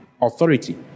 Authority